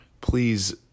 please